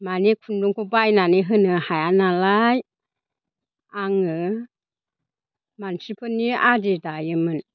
माने खुन्दुंखौ बायनानै होनो हाया नालाय आङो मानसिफोरनि आदि दायोमोन